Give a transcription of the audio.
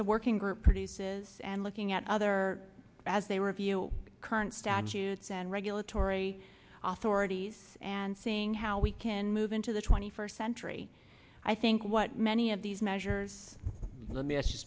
the working group produces and looking at other as they review the current statutes and regulatory authorities and seeing how we can move into the twenty first century i think what many of these measures let me ask you